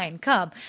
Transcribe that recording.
come